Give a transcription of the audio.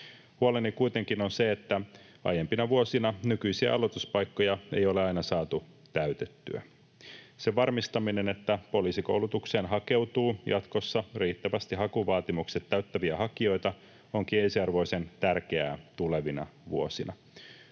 Huoleni kuitenkin on se, että aiempina vuosina nykyisiä aloituspaikkoja ei ole aina saatu täytettyä. Sen varmistaminen, että poliisikoulutukseen hakeutuu jatkossa riittävästi hakuvaatimukset täyttäviä hakijoita, onkin ensiarvoisen tärkeää tulevina vuosina.